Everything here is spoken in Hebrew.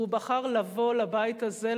והוא בחר לבוא לבית הזה,